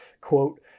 quote